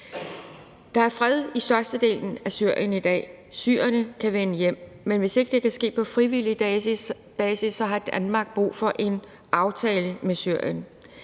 Der er fred i størstedelen af Syrien i dag. Syrerne kan vende hjem, men hvis ikke det kan ske på frivillig basis, har Danmark brug for en aftale med Syrien.